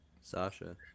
Sasha